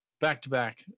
back-to-back